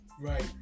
Right